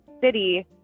city